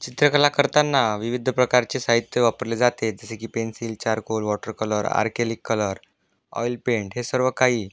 चित्रकला करताना विविध प्रकारचे साहित्य वापरले जाते जसे की pencil charcoal water colour acrylic colour oil paint हे सर्व काही